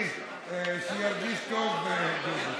שירגיש טוב, דודי.